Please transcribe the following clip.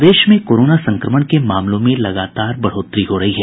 प्रदेश में कोरोना संक्रमण के मामलों में लगातार बढ़ोतरी हो रही है